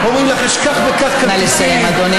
ואומרים: יש כך וכך כרטיסים, נא לסיים, אדוני.